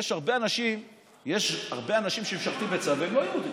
יש הרבה אנשים שמשרתים בצה"ל והם לא יהודים.